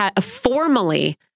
formally